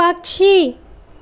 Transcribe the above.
పక్షి